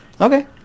Okay